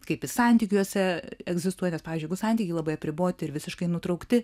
kaip jis santykiuose egzistuoja nes pavyzdžiui jeigu santykiai labai apriboti ir visiškai nutraukti